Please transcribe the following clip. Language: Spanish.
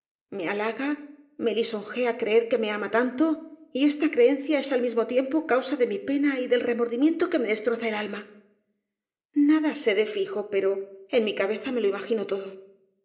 me halaga me lisonjea creer que me ama tanto y esta creencia es al mismo tiempo causa de mi pena y del remordimiento que me destroza el alma nada sé de fijo pero en mi cabeza me lo imagino todo